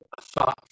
thought